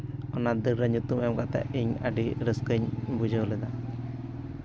ᱚᱱᱟ ᱫᱟᱹᱲᱨᱮ ᱧᱩᱛᱩᱢ ᱮᱢ ᱠᱟᱛᱮᱫ ᱤᱧ ᱟᱹᱰᱤ ᱨᱟᱹᱥᱠᱟᱹᱧ ᱵᱩᱡᱷᱟᱹᱣ ᱞᱮᱫᱟ